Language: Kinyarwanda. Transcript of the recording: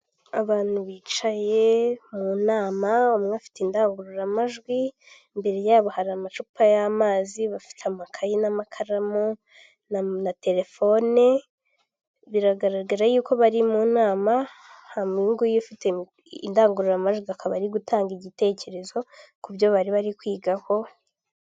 Abantu bicaye mu nama umwe afite indangururamajwi, imbere yabo hari amacupa y'amazi, bafite amakayi n'amakaramu na telefone, biragaragara yuko bari mu nama, hari uyu nguyu ufite indangururamajwi akaba ari gutanga igitekerezo, ku byo bari bari kwigaho,...